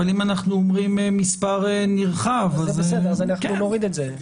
אבל אם אנחנו אומרים "מספר נרחב" -- אז אנחנו נוריד את זה.